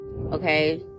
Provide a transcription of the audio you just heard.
Okay